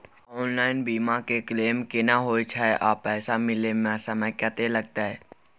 Online बीमा के claim केना होय छै आ पैसा मिले म समय केत्ते लगतै?